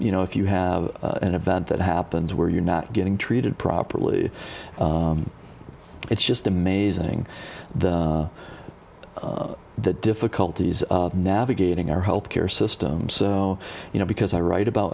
you know if you have an event that happens where you're not getting treated properly it's just amazing the difficulties navigating our health care systems you know because i write about